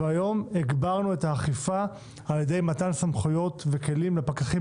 והיום הגברנו את האכיפה על ידי מתן סמכויות וכלים לפקחים